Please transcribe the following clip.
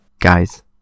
Guys